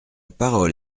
parole